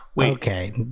Okay